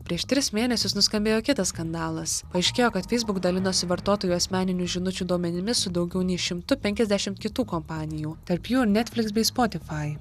prieš tris mėnesius nuskambėjo kitas skandalas paaiškėjo kad facebook dalinosi vartotojų asmeninių žinučių duomenimis su daugiau nei šimtu penkiasdešimt kitų kompanijų tarp jų netflix bei spotify